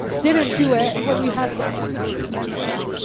didn't do it when we had the opportunity to do so